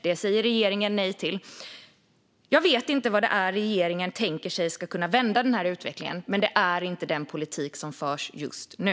Det säger regeringen nej till. Jag vet inte vad det är regeringen tänker sig ska kunna vända utvecklingen, men det är inte den politik som förs just nu.